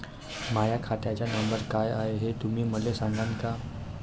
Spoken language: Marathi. माह्या खात्याचा नंबर काय हाय हे तुम्ही मले सागांन का?